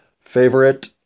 favorite